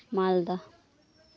ᱢᱟᱞᱫᱟ